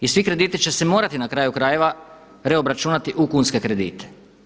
I svi krediti će se morati na kraju krajeva reobračunati u kunske kredite.